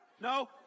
No